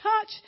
touch